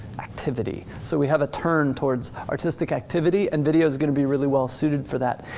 activity. so we have a turn towards artistic activity and video's gonna be really well suited for that.